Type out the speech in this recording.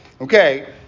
Okay